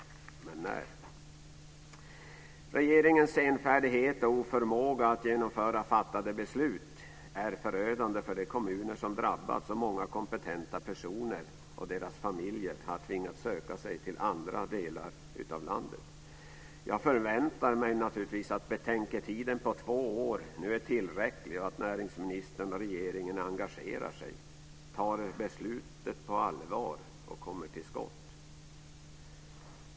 Regeringens senfärdighet och oförmåga att genomföra fattade beslut är förödande för de kommuner som drabbats. Många kompetenta personer och deras familjer har tvingats att söka sig till andra delar av landet. Jag förväntar mig att betänketiden på två år nu är tillräcklig och att näringsministern och regeringen engagerar sig, tar beslutet på allvar och kommer till skott.